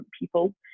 people